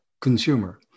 consumer